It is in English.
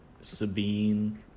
Sabine